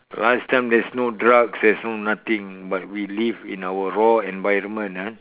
last time there's no drugs there's no nothing but we live in our raw environment ah